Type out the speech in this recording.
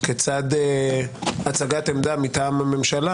כיצד הצגת עמדה מטעם הממשלה,